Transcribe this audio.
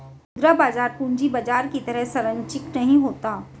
मुद्रा बाजार पूंजी बाजार की तरह सरंचिक नहीं होता